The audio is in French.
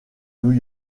new